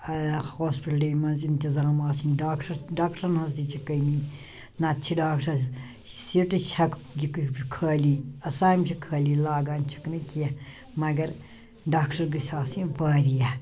ٲں ہاسپٹلنٕے مَنٛز انتظام آسٕنۍ ڈاکٹر ڈاکٹرَن ہنٛز تہِ چھِ کمی نَتہٕ چھِ ڈاکٹر سیٖٹہٕ چھیٚکھ خٲلی اَسامہِ چھِ خٲلی لاگان چھِکھ نہٕ کیٚنٛہہ مگر ڈاکٹر گٔژھۍ آسٕنۍ واریاہ